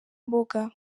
imboga